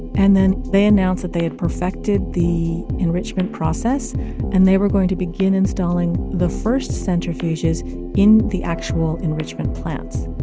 and then they announce that they had perfected the enrichment process and they were going to begin installing the first centrifuges in the actual enrichment plants.